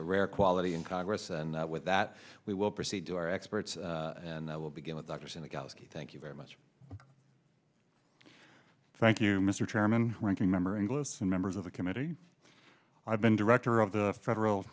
s rare quality in congress and with that we will proceed to our experts and that will begin the doctors in the galaxy thank you very much thank you mr chairman ranking member inglis and members of the committee i've been director of the federal